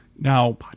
now